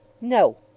No